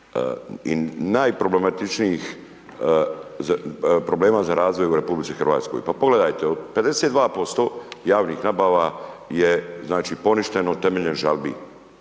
i najproblematičnijih problema za razvoj u RH, pa pogledajte, 52% javnih nabava je znači, poništeno temeljem žalbi.